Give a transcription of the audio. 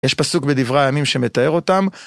יש פסוק בדברי הימים שמתאר אותם.